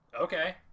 Okay